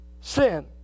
sin